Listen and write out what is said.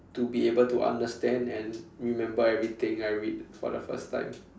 to be able to understand and remember everything I read for the first time